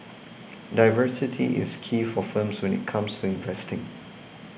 diversity is key for firms when it comes to investing